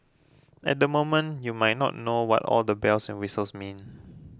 at the moment you might not know what all the bells and whistles mean